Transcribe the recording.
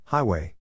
Highway